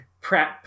prep